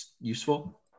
useful